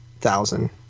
thousand